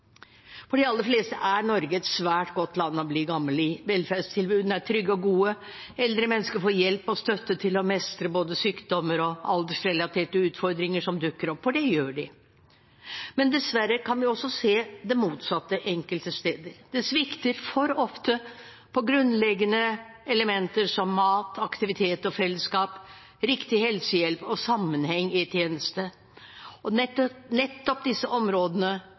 For de aller fleste er Norge et svært godt land å bli gammel i. Velferdstilbudene er trygge og gode, eldre mennesker får hjelp og støtte til å mestre både sykdommer og aldersrelaterte utfordringer som dukker opp – for det gjør de. Men dessverre kan vi også se det motsatte enkelte steder. Det svikter for ofte på grunnleggende elementer som mat, aktivitet og fellesskap, riktig helsehjelp og sammenheng i tjeneste, og nettopp disse områdene